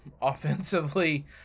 offensively